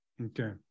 Okay